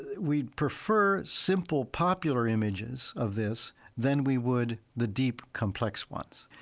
we'd prefer simple popular images of this than we would the deep, complex ones.